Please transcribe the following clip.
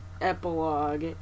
epilogue